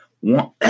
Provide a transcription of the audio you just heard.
one